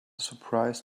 surprise